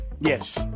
Yes